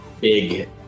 big